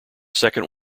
second